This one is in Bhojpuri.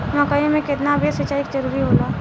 मकई मे केतना बेर सीचाई जरूरी होला?